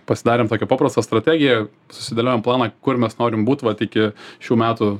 pasidarėm tokią paprastą strategiją susidėliojom planą kur mes norim būt vat iki šių metų